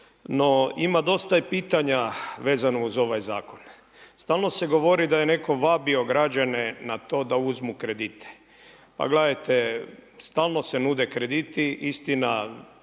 no ima dosta i pitanja vezano uz ovaj zakon. Stalno se govori da je netko vabio građane na to da uzmu kredite. Pa gledajte, stalno se nude krediti, istina,